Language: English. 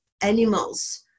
animals